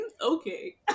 okay